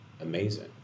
amazing